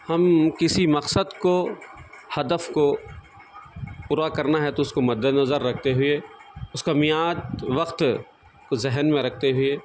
ہم کسی مقصد کو ہدف کو پورا کرنا ہے تو اس کو مدنظر رکھتے ہوئے اس کا میعاد وقت کو ذہن میں رکھتے ہوئے